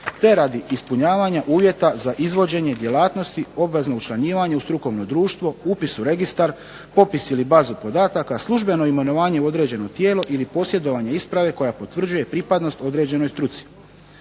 te radi ispunjavanja uvjeta za izvođenje djelatnosti, obvezno učlanjivanje u strukovno društvo, upis u registar, popis ili bazu podataka, službeno imenovanje u određeno tijelo ili posjedovanje isprave koja potvrđuje pripadnost određenoj struci.